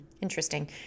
Interesting